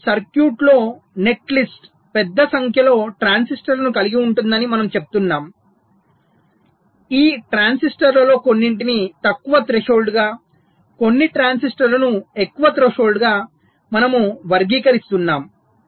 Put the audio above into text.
మన circuit netlist పెద్ద సంఖ్యలో ట్రాన్సిస్టర్లను కలిగి ఉంటుందని మనము చెప్తున్నాము ఈ ట్రాన్సిస్టర్లలో కొన్నింటిని తక్కువ థ్రెషోల్డ్గా కొన్ని ట్రాన్సిస్టర్లను ఎక్కువ థ్రెషోల్డ్గా మనము వర్గీకరిస్తున్నాము